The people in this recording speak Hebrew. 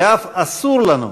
ואף אסור לנו,